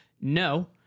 no